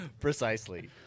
Precisely